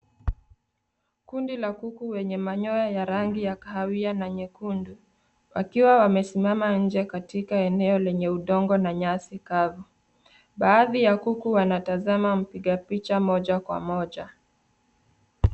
Kundi la kuku wenye manyoya ya rangi ya kahawia na nyekundu, wakiwa wamesimama nje katika eneo lenye udongo na nyasi kavu. Baadhi ya kuku wanatazama mpiga picha moja kwa moja.